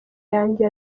yanjye